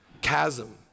chasm